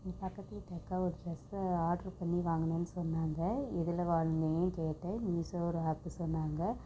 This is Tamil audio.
எங்கள் பக்கத்து வீட்டு அக்கா ஒரு ட்ரெஸ்ஸை ஆர்டர் பண்ணி வாங்கினேன்னு சொன்னாங்க எதில் வாங்குனீங்கனு கேட்டேன் மீஷோ ஒரு ஆப் சொன்னாங்க